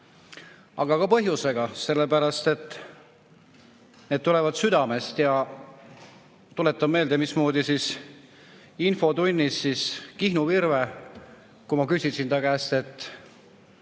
Aga ka põhjusega, sellepärast et need tulevad südamest. Tuletan meelde, mis [ma ütlesin] infotunnis: Kihnu Virve, kui ma küsisin ta käest, mis